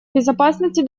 безопасности